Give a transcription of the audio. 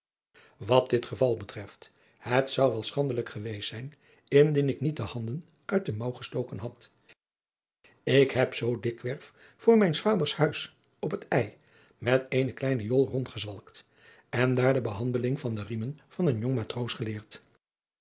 wat dit geval betreft het zou wel schandelijk geweest zijn indien ik niet de handen uit de mouw gestoken had ik heb zoo dikwerf voor mijns vaders huis op het ij met eene kleine jol rond gezwalkt en daar de behandeling van de riemen van een jong matroos geleerd